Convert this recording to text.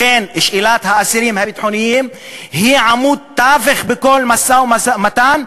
לכן שאלת האסירים הביטחוניים היא עמוד תווך בכל משא-ומתן,